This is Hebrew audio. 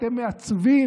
אתם מעצבים